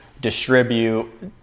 distribute